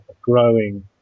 growing